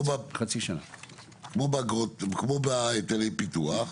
כמו בהיטלי פיתוח,